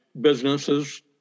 businesses